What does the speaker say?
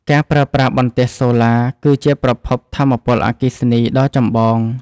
ការប្រើប្រាស់បន្ទះសូឡាគឺជាប្រភពថាមពលអគ្គិសនីដ៏ចម្បង។